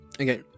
okay